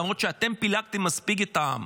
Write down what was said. למרות שאתם פילגתם מספיק את העם,